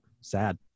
sad